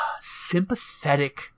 sympathetic